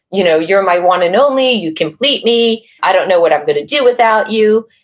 you know, you're my one and only, you complete me, i don't know what i'm going to do without you,